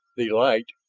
the light,